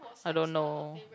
I don't know